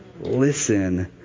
Listen